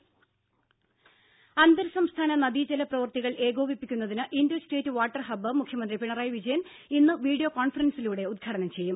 ദ്ദേ അന്തർ സംസ്ഥാന നദീജല പ്രവൃത്തികൾ ഏകോപിപ്പിക്കുന്നതിന് ഇന്റർസ്റ്റേറ്റ് വാട്ടർ ഹബ്ബ് മുഖ്യമന്ത്രി പിണറായി വിജയൻ ഇന്ന് വീഡിയോ കോൺഫറൻസിലൂടെ ഉദ്ഘാടനം ചെയ്യും